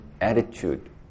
attitude